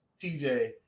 TJ